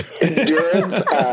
endurance